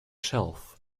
shelf